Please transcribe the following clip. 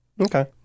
Okay